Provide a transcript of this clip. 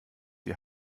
die